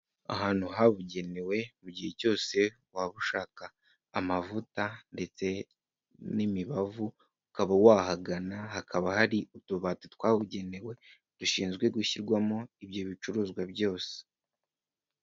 Ahantu habugenewe mu gihe cyose waba ushaka amavuta ndetse n'imibavu, ukaba wahagana, hakaba hari utubati twabugenewe dushinzwe gushyirwamo ibyo bicuruzwa byose.